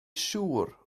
siŵr